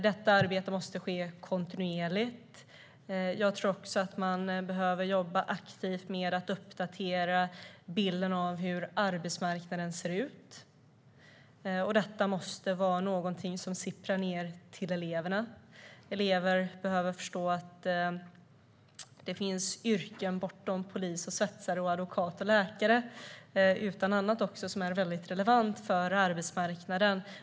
Detta arbete måste ske kontinuerligt. Jag tror också att man behöver jobba aktivt med att uppdatera bilden av hur arbetsmarknaden ser ut. Detta måste vara någonting som sipprar ned till eleverna. Eleverna behöver förstå att det finns yrken bortom polis, svetsare, advokat och läkare, att det finns annat som är väldigt relevant för arbetsmarknaden.